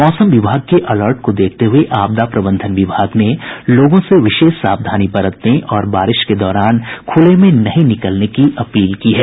मौसम विभाग के अलर्ट को देखते हुए आपदा प्रबंधन विभाग ने लोगों से विशेष सावधानी बरतने और बारिश के दौरान खुले में नहीं निकलने की अपील की है